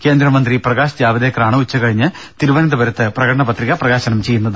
കേന്ദ്രമന്ത്രി പ്രകാശ് ജാവ്ദേക്കറാണ് ഉച്ചകഴിഞ്ഞ് തിരുവനന്തപുരത്ത് പ്രകടന പത്രിക പ്രകാശനം ചെയ്യുന്നത്